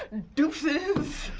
deuces,